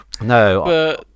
No